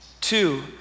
Two